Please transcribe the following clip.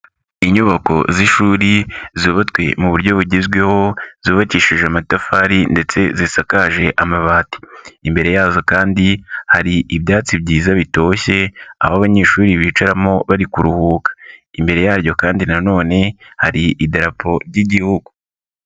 Inyubako z'ishuri zubatswe mu buryo bugezweho, zubakishije amatafari ndetse zisakaje amabati, imbere yazo kandi hari ibyatsi byiza bitoshye aho abanyeshuri bicaramo bari kuruhuka, imbere yaryo kandi nanone hari Idarapo ry'Igihugu.